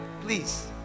please